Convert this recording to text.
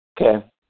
Okay